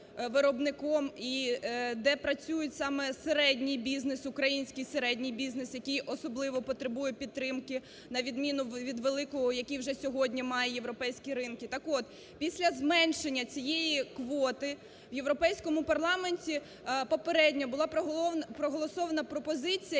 і де працюють саме середній бізнес, український середній бізнес, який особливо потребує підтримки, на відміну від великого, який вже сьогодні має європейські ринки. Так от, після зменшення цієї квоти в Європейському парламенті попередньо була проголосована пропозиція,